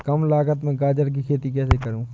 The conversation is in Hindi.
कम लागत में गाजर की खेती कैसे करूँ?